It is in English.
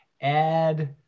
add